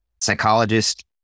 psychologist